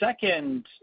second